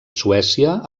suècia